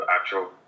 actual